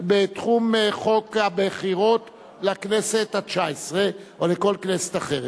בתחום חוק הבחירות לכנסת התשע-עשרה או לכל כנסת אחרת.